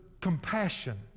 compassion